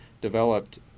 developed